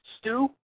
Stu